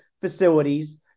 facilities